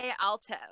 alto